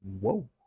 Whoa